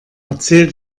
erzähl